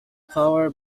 power